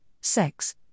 sex